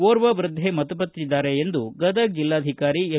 ಒರ್ವ ವೃದ್ಧೆ ಮೃತಪಟ್ಟಿದ್ದಾರೆ ಎಂದು ಗದಗ ಜಿಲ್ಲಾಧಿಕಾರಿ ಎಂ